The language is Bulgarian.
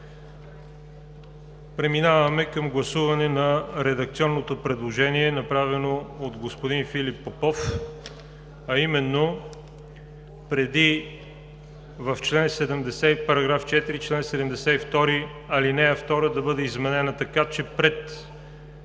Преминаваме към гласуване на редакционното предложение, направено от господин Филип Попов, а именно в § 4, чл. 72, ал. 2 да бъде изменена така, че пред